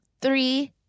three